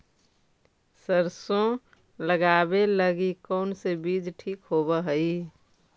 सरसों लगावे लगी कौन से बीज ठीक होव हई?